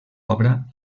obra